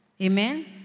Amen